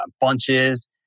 bunches